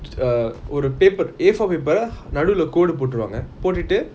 t~ err ஒரு:oru paper A four paper நடுல கூடு போட்டுடுவாங்க போட்டுட்டு:nadula koodu potuduvanga potutu